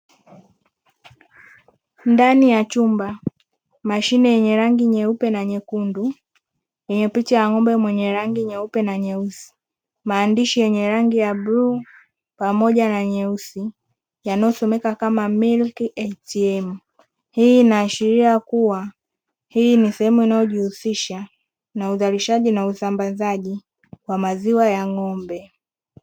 Ndani ya chumba mashine yenye rangi nyeupe na nyekundu yenye picha ya ng’ombe yenye rangi nyeupe na nyeusi, maandishi ya bluu pamoja na nyeusi yanayosomeka kama "milk ATM", hii inaashiria kuwa hii ni sehemu inayojihusisha na uzalishaji na usambazaji wa maziwa ya ng’ombe.